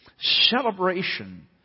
celebration